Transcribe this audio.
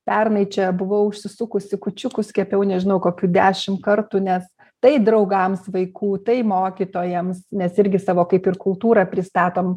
pernai čia buvau užsisukusi kūčiukus kepiau nežinau kokių dešim kartų nes tai draugams vaikų tai mokytojams nes irgi savo kaip ir kultūrą pristatom